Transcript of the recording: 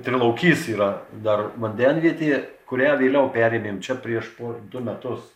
trilaukys yra dar vandenvietė kurią vėliau perėmėm čia prieš du metus